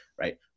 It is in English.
right